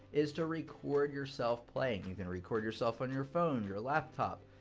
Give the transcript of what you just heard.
is to record yourself playing. you can record yourself on your phone, your laptop,